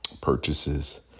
purchases